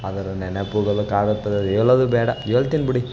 ಅದರ ನೆನಪುಗಳು ಕಾಡುತ್ತದೆ ಹೇಳೋದು ಬೇಡ ಹೇಳ್ತೀನ್ ಬಿಡಿ